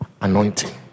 anointing